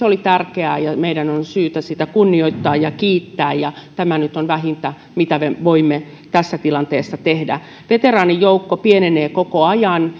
oli tärkeää ja meidän on syytä sitä kunnioittaa ja kiittää ja tämä nyt on vähintä mitä me voimme tässä tilanteessa tehdä veteraanijoukko pienenee koko ajan